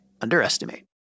underestimate